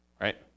Right